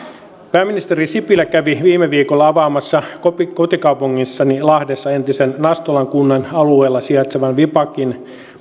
pääministeri sipilä kävi viime viikolla avaamassa kotikaupungissani lahdessa entisen nastolan kunnan alueella sijaitsevan wipakin